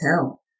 tell